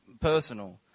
personal